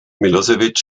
milosevic